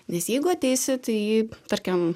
nes jeigu ateisi taip tarkim